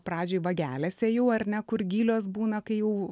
pradžioj vagelėse jau ar ne kur gilios būna kai jau